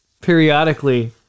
periodically